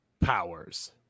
powers